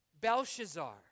Belshazzar